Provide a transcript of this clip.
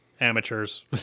amateurs